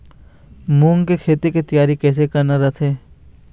मूंग के खेती के तियारी कइसे करना रथे?